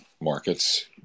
markets